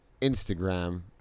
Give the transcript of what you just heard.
instagram